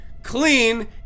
clean